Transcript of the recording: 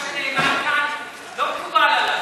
מה שנאמר כאן לא מקובל עלי.